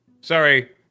Sorry